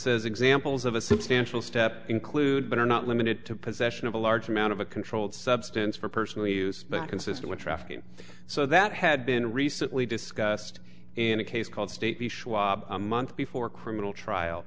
says examples of a substantial step include but are not limited to possession of a large amount of a controlled substance for personal use but consistent trafficking so that had been recently discussed in a case called state the schwab a month before criminal trial